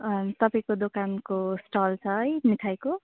तपाईँको दोकानको स्टल छ है मिठाईको